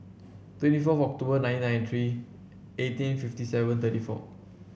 twenty four October nineteen ninety three eighteen fifty seven thirty four